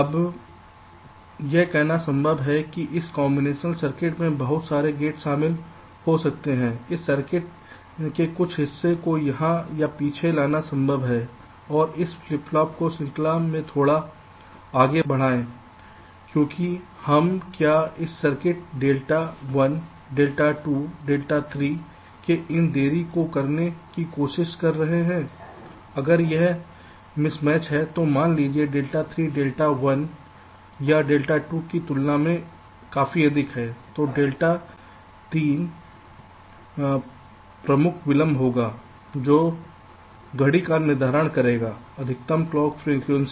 अब यह कहना संभव है कि इस कॉम्बिनेशन सर्किट में बहुत सारे गेट शामिल हो सकते हैं इस सर्किट के कुछ हिस्से को यहां या पीछे लाना संभव है और इस फ्लिप फ्लॉप को श्रृंखला में थोड़ा आगे बढ़ाएं क्योंकि हम क्या इस सर्किट डेल्टा 1 डेल्टा 2 डेल्टा 3 के इन देरी को करने की कोशिश कर रहे हैं अगर यह मिस मैच है तो मान लीजिए डेल्टा 3 डेल्टा 1 या डेल्टा 2 की तुलना में काफी अधिक है तो डेल्टा तीन प्रमुख विलंब होगा जो घड़ी का निर्धारण करेगा अधिकतम क्लॉक फ्रिकवेंसी